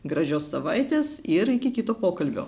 gražios savaitės ir iki kito pokalbio